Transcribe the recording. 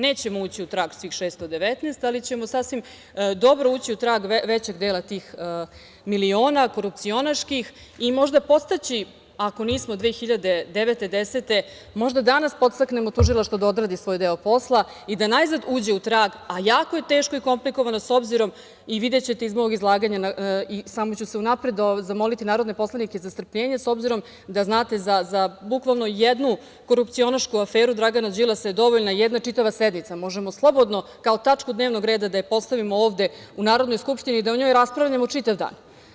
Nećemo ući u trag svih 619, ali ćemo sasvim dobro ući u trag većeg dela tih miliona korupcionaških i možda podstaći, ako nismo 2009, 2010. godine, možda danas podstaknemo tužilaštvo da odradi svoj deo posla i da najzad uđe u trag, a jako je teško i komplikovano, videćete iz mog izlaganja, i samo ću unapred zamoliti narodne poslanike za strpljenje s obzirom da znate da za bukvalno jednu korupcionašku aferu Dragana Đilasa je dovoljna jedna čitava sednica, možemo slobodno kao tačku dnevnog reda da je postavimo ovde u Narodnoj skupštini i da o njoj raspravljamo čitav dan.